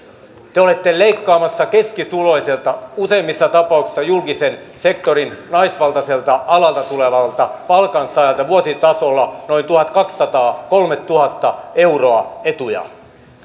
te olette leikkaamassa keskituloiselta useimmissa tapauksissa julkisen sektorin naisvaltaiselta alalta tulevalta palkansaajalta vuositasolla noin tuhatkaksisataa viiva kolmetuhatta euroa etuja